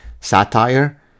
satire